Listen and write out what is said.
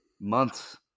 months